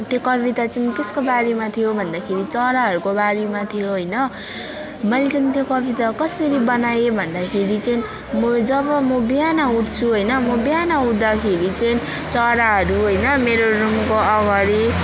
त्यो कविता चाहिँ कसको बारेमा थियो भन्दाखेरि चराहरूको बारेमा थियो होइन मैले चाहिँ त्यो कविता कसरी बनाएँ भन्दाखेरि चाहिँ म जब म बिहान उठ्छु होइन म बिहान उठ्दाखेरि चाहिँ चराहरू होइन मेरो रुमको अगाडि